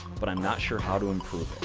but i'm not sure how to improve